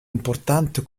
importante